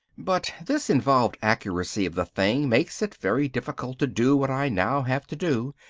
but this involved accuracy of the thing makes it very difficult to do what i now have to do,